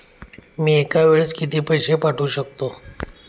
मी एका वेळेस किती पैसे पाठवू शकतो?